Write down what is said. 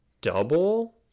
Double